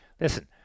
Listen